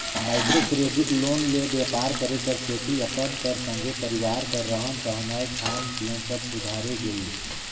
micro credit loan ले बेपार करे कर सेती अपन कर संघे परिवार कर रहन सहनए खान पीयन सब सुधारे गइस